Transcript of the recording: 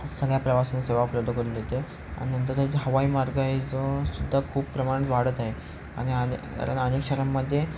सगळ्या प्रवाशांना सेवा उपलब्ध करू देते आणि नंतर जे हवाई मार्ग आहे जो सुद्धा खूप प्रमाणात वाढत आहे आणि कारण अनेक शहरांमध्ये